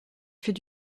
fait